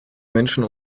menschen